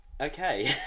Okay